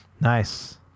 nice